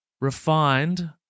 refined